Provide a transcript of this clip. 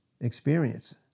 experience